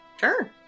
Sure